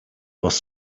was